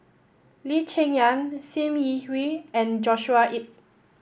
Lee Cheng Yan Sim Yi Hui and Joshua Ip